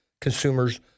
consumers